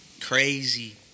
crazy